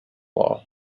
law